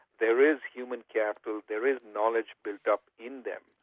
there is human capital, there is knowledge built up in that,